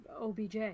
OBJ